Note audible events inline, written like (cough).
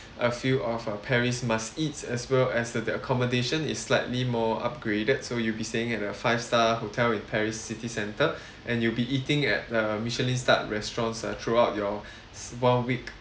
a few of uh paris must eats as well as the accommodation is slightly more upgraded so you'll be staying at a five star hotel in paris city centre (breath) and you'll be eating at the michelin starred restaurants uh throughout your (breath) s~ one week